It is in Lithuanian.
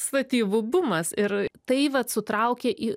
statybų bumas ir tai vat sutraukė į